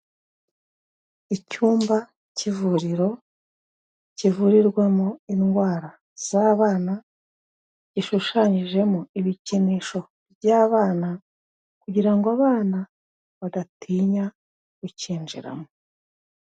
Icyumba cy'ivuriro kivurirwamo indwara z'abana, gishushanyijemo ibikinisho by'abana, kugira ngo abana badatinya ucyinjiramo.